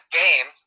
game